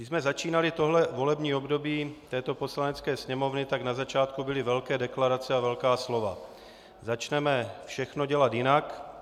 Když jsme začínali tohle volební období Poslanecké sněmovny, tak na začátku byly velké deklarace a velká slova: začneme všechno dělat jinak.